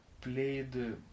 played